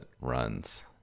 runs